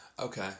Okay